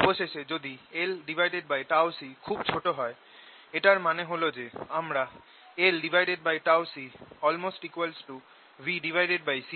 অবশেষে যদি lτC খুবই ছোট হয় এটার মানে হল যে আমরা lτC